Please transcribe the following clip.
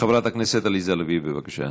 חברת הכנסת עליזה לביא, בבקשה.